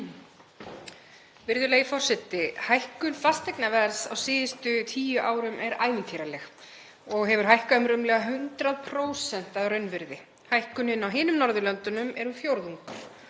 Virðulegur forseti. Hækkun fasteignaverðs á síðustu tíu árum er ævintýraleg og hefur verið rúmlega 100% að raunvirði. Hækkunin á hinum Norðurlöndunum er um fjórðungur.